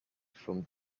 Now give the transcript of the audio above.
from